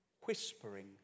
whispering